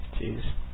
Jeez